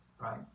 Right